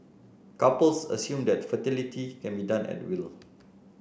couples assume that fertility can be done at will